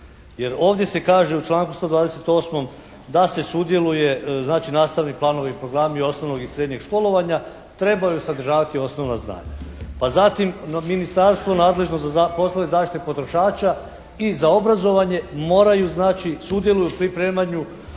ovdje se kaže u članku 128. da se sudjeluje znači nastavni planovi i programi osnovnog i srednjeg školovanja trebaju sadržavati osnovna znanja pa zatim ministarstvo nadležno za poslove zaštite potrošača i za obrazovanje moraju, znači sudjeluju u pripremanju